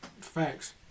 Facts